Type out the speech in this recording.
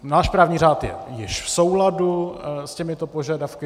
Náš právní řád je již v souladu s těmito požadavky.